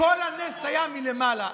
כל הנס היה מלמעלה.